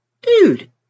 Dude